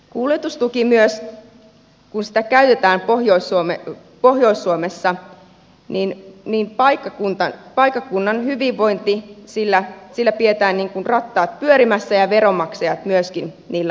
kuljetustuella myös kun sitä käytetään pohjois suomessa niin niin paikkakunta vaikka kunnan hyvinvointia pidetään paikkakunnan hyvinvoinnin rattaat pyörimässä ja veronmaksajat myöskin niillä alueilla